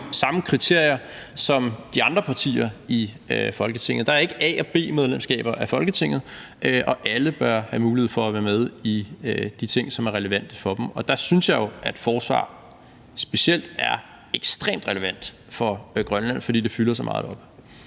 samme kriterier som de andre partier i Folketinget. Der er ikke A- og B-medlemskaber af Folketinget, og alle bør have mulighed for at være med i de ting, som er relevante for dem. Der synes jeg jo, at specielt forsvar er ekstremt relevant for Grønland, fordi det fylder så meget